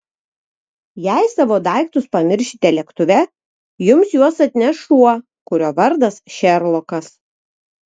jei savo daiktus pamiršite lėktuve jums juos atneš šuo kurio vardas šerlokas